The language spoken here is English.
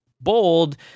bold